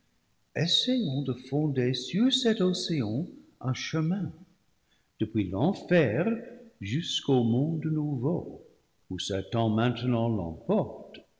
de fonder sur cet océan un chemin depuis l'enfer jusqu'au monde nouveau où satan